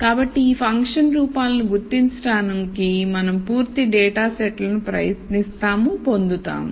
కాబట్టి ఈ ఫంక్షన్ రూపాలను గుర్తించడానికి మనం పూర్తి డేటాసెట్లను ప్రయత్నిస్తాము పొందుతాము